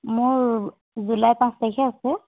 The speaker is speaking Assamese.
মোৰ জুলাই পাঁচ তাৰিখে আছে